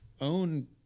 own